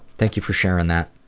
thank you for sharing that.